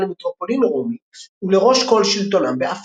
למטרופולין רומי ולראש לכל שלטונם באפריקה.